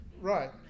right